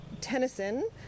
Tennyson